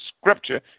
Scripture